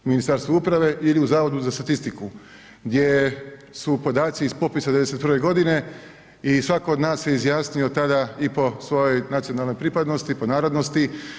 Ministarstvo uprave ili u Zavodu za statistiku gdje su podaci iz popisa 91. godine i svatko od nas se izjasnio tada i po svojoj nacionalnoj pripadnosti, po narodnosti.